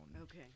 Okay